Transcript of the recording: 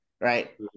right